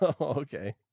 Okay